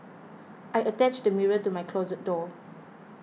I attached a mirror to my closet door